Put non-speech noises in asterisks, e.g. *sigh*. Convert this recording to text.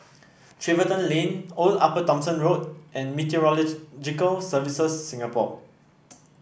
Tiverton Lane Old Upper Thomson Road and *unintelligible* Services Singapore